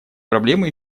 проблемы